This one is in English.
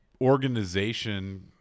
organization